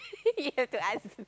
you have to ask